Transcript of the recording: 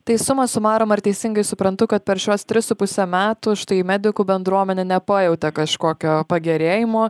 tai suma sumarum ar teisingai suprantu kad per šiuos tris su puse metų štai medikų bendruomenė nepajautė kažkokio pagerėjimo